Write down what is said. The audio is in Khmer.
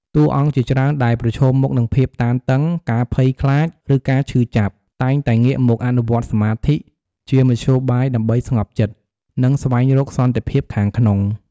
តួអង្គជាច្រើនដែលប្រឈមមុខនឹងភាពតានតឹង ការភ័យខ្លាច ឬការឈឺចាប់ តែងតែងាកមកអនុវត្តសមាធិជាមធ្យោបាយដើម្បីស្ងប់ចិត្ត និងស្វែងរកសន្តិភាពខាងក្នុង។